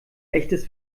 echtes